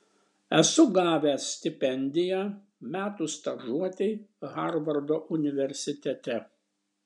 esu gavęs stipendiją metų stažuotei harvardo universitete